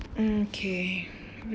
mm okay